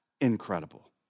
incredible